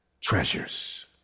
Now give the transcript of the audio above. treasures